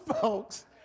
folks